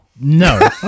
No